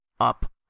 up